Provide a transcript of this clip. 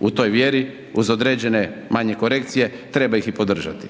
U toj vjeri uz određene manje korekcije treba ih i podržati.